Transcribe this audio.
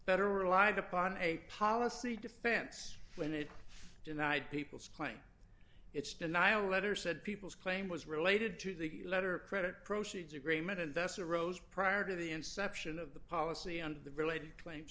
better relied upon a policy defense when it denied people's claim it's denial letter said people's claim was related to the letter credit proceeds agreement and that's a rose prior to the inception of the policy and the related claims